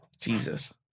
Jesus